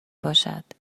باشد